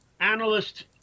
analyst